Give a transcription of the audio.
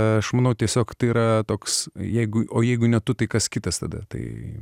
aš manau tiesiog tai yra toks jeigu o jeigu ne tu tai kas kitas tada tai